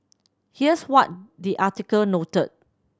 here's what the article noted